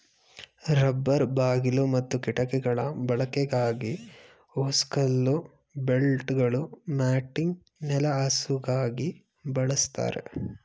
rubber ಬಾಗಿಲು ಮತ್ತು ಕಿಟಕಿಗಳ ಬಳಕೆಗಾಗಿ ಹೋಸ್ಗಳು ಬೆಲ್ಟ್ಗಳು ಮ್ಯಾಟಿಂಗ್ ನೆಲಹಾಸುಗಾಗಿ ಬಳಸ್ತಾರೆ